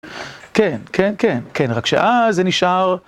כן, כן, כן, כן, רק שאז זה נשאר.